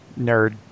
nerd